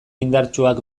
indartsuak